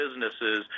businesses